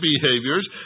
behaviors